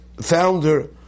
founder